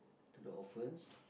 to the orphans